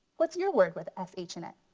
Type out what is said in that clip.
what's your word with s h in it?